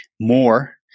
more